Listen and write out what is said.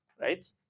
right